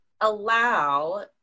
allow